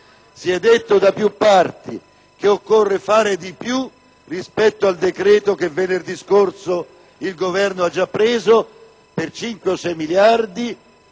Si è detto da più parti che occorre fare di più rispetto al decreto che venerdì scorso il Governo ha adottato per 5-6 miliardi,